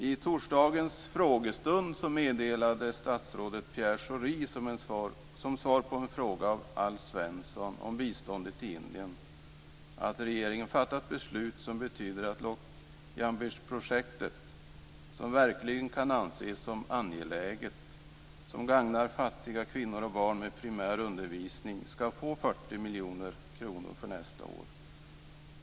I torsdagens frågestund meddelade statsrådet Pierre Schori, som svar på en fråga av Alf Svensson om biståndet till Indien, att regeringen fattat beslut som betyder att Loc Jumbish-projektet, som verkligen kan anses som angeläget och som gagnar fattiga kvinnor och barn med primär undervisning, skall få 40 miljoner kronor för nästa år.